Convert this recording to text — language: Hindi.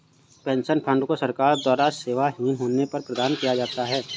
पेन्शन फंड को सरकार द्वारा सेवाविहीन होने पर प्रदान किया जाता है